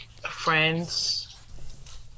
Friends